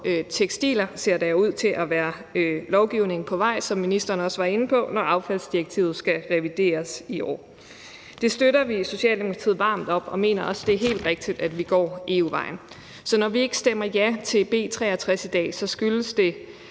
tekstil, ser der ud til at være lovgivning på vej, som ministeren også var inde på, når affaldsdirektivet skal revideres i år. Det støtter vi i Socialdemokratiet varmt op om, og vi mener også, at det er helt rigtigt, at vi går EU-vejen. Så når vi ikke stemmer ja til B 63 i dag, skyldes det,